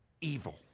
evil